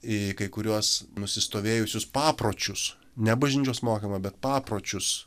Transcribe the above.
į kai kuriuos nusistovėjusius papročius ne bažnyčios mokymą bet papročius